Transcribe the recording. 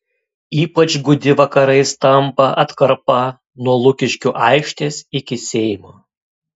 ypač gūdi vakarais tampa atkarpa nuo lukiškių aikštės iki seimo